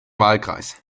wahlkreis